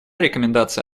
рекомендация